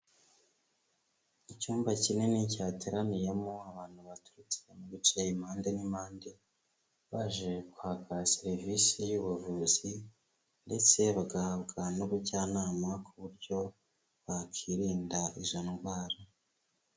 Icyumba kinini cyateraniyemo abantu baturutse mu bice, impande n'impande, baje kwaka serivisi y'ubuvuzi ndetse bagahabwa n'ubujyanama ku buryo bakirinda izo ndwara.